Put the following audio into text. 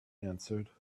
answered